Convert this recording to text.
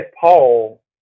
Paul